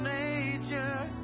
nature